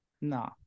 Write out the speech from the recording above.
no